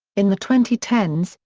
in the twenty ten s,